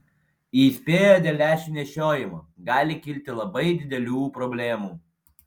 įspėjo dėl lęšių nešiojimo gali kilti labai didelių problemų